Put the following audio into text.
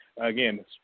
again